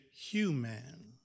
human